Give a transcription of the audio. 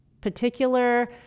particular